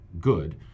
good